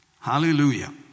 Hallelujah